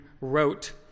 wrote